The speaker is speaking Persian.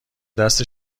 دست